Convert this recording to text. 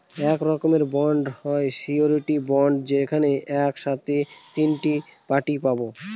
এক রকমের বন্ড হয় সিওরীটি বন্ড যেখানে এক সাথে তিনটে পার্টি হয়